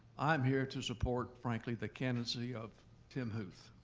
i am here to support, frankly, the candidacy of tim huth.